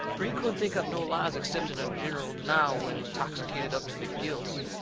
fur he couldn't think up no lies excepting a gineral denial when intoxicated up to the gills.